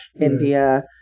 India